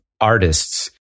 artists